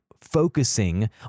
focusing